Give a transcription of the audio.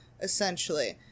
essentially